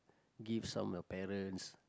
give some your parents